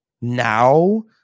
now